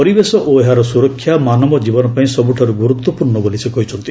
ପରିବେଶ ଓ ଏହାର ସୁରକ୍ଷା ମାନବ ଜୀବନ ପାଇଁ ସବୁଠାରୁ ଗୁରୁତ୍ୱପୂର୍ଣ୍ଣ ବୋଲି ସେ କହିଛନ୍ତି